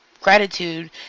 gratitude